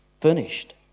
furnished